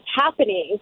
happening